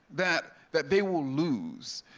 that that they will lose,